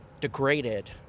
degraded